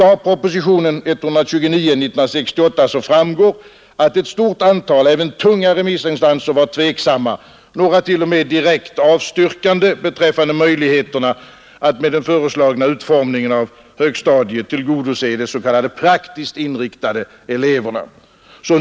Av propositionen 129 år 1968 framgår att ett stort antal, även tunga, remissinstanser var tveksamma, några t.o.m. direkt avstyrkande beträffande möjligheterna att med den föreslagna utformningen av högstadiet tillgodose de s.k. praktiskt inriktade eleverna.